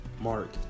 Mark